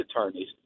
attorneys